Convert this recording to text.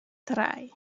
drei